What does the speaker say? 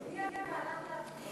הצביע והלך להפגין.